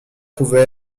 pouvait